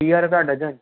टीह रुपिया डज़न